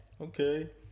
okay